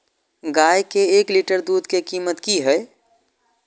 गाय के एक लीटर दूध के कीमत की हय?